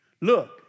Look